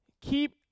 keep